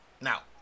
Now